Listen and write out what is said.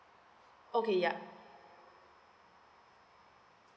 okay yeah